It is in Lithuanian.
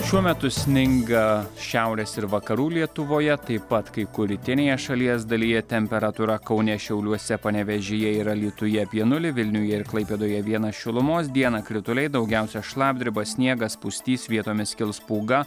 šiuo metu sninga šiaurės ir vakarų lietuvoje taip pat kai kur rytinėje šalies dalyje temperatūra kaune šiauliuose panevėžyje ir alytuje apie nulį vilniuje ir klaipėdoje vienas šilumos dieną krituliai daugiausia šlapdriba sniegas pustys vietomis kils pūga